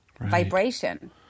vibration